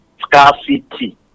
scarcity